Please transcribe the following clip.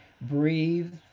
breathe